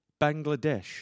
bangladesh